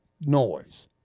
noise